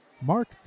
Mark